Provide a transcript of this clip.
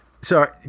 Sorry